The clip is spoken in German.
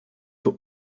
für